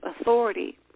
authority